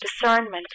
discernment